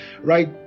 right